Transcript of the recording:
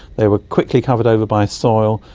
they were quickly covered over by soil,